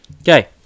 Okay